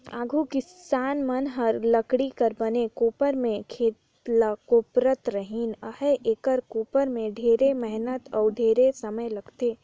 आघु किसान मन हर लकरी कर बने कोपर में खेत ल कोपरत रिहिस अहे, ए कोपर में ढेरे मेहनत अउ ढेरे समे लगथे